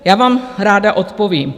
Já vám ráda odpovím.